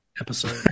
episode